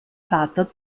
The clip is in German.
vater